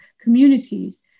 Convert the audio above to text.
communities